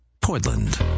Portland